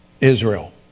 Israel